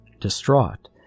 distraught